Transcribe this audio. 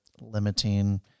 limiting